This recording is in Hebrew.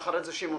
בבקשה.